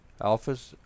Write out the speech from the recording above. Alphas